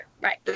Right